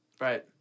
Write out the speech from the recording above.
Right